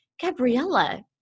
Gabriella